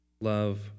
Love